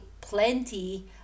plenty